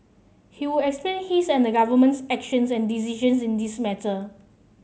he will explain his and the government's actions and decisions in this matter